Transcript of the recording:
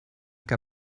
que